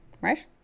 right